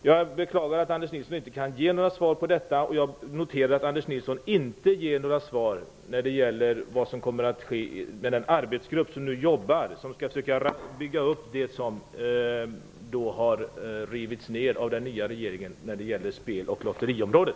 Jag beklagar att Anders Nilsson inte kan ge några svar. Jag noterar också att Anders Nilsson inte ger några svar när det gäller vad som kommer att ske med de arbetsgrupp som nu jobbar för att försöka bygga upp det som har rivits ner av den nya regeringen på spel och lotteriområdet.